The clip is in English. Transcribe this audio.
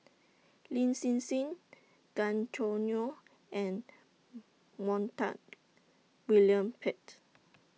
Lin Hsin Hsin Gan Choo Neo and Montague William Pett